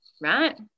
right